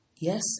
Yes